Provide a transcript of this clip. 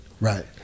Right